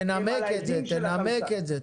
תנמק את זה.